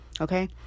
Okay